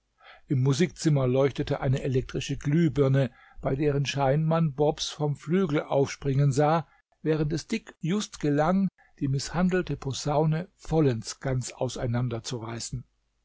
im musikzimmer leuchtete eine elektrische glühbirne bei deren schein man bobs vom flügel aufspringen sah während es dick just gelang die mißhandelte posaune vollends ganz